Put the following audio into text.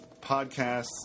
podcasts